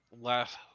last